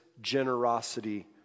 generosity